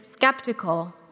skeptical